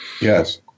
Yes